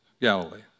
Galilee